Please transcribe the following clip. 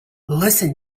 listen